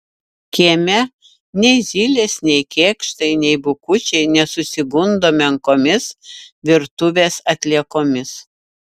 kieme nei zylės nei kėkštai nei bukučiai nesusigundo menkomis virtuvės atliekomis